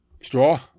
Straw